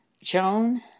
joan